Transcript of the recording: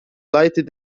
lighted